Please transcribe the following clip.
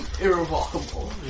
irrevocable